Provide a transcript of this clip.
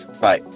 Bye